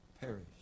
perish